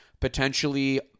potentially